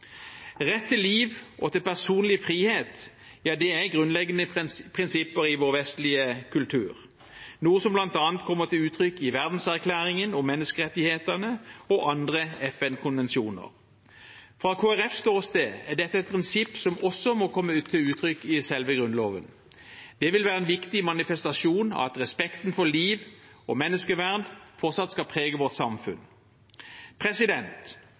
Rett til liv og til personlig frihet er grunnleggende prinsipper i vår vestlige kultur, noe som bl.a. kommer til uttrykk i Verdenserklæringen om menneskerettighetene og andre FN-konvensjoner. Fra Kristelig Folkepartis ståsted er dette et prinsipp som også må komme til uttrykk i selve Grunnloven. Det vil være en viktig manifestasjon av at respekten for liv og menneskeverd fortsatt skal prege vårt samfunn.